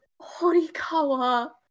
Horikawa